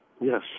yes